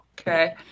okay